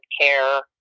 care